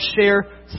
share